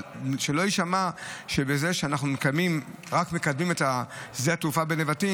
אבל שלא יישמע שאנחנו מקדמים רק את שדה התעופה בנבטים,